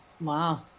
wow